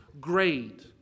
great